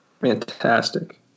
fantastic